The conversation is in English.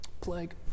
plague